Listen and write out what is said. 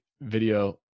video